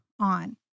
on